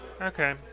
Okay